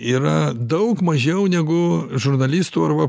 yra daug mažiau negu žurnalistų arba